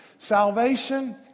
salvation